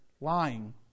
lying